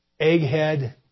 egghead